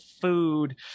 food